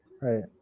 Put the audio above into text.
right